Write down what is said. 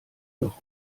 noch